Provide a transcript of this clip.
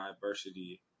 diversity